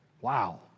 Wow